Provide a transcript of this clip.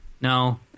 no